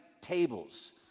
tables